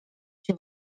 się